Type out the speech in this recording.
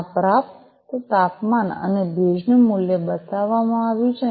આ પ્રાપ્ત તાપમાન અને ભેજનું મૂલ્ય બતાવવામાં આવ્યું છે